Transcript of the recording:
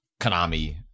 Konami